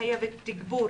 מחייבת תגבור